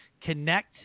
connect